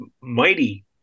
mighty